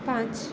পাঁচ